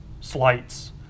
slights